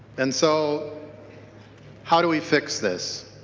and so how do we fix this?